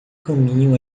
caminho